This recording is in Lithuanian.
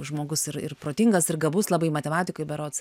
žmogus ir ir protingas ir gabus labai matematikoj berods